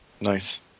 Nice